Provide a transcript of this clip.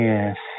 Yes